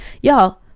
Y'all